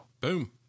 Boom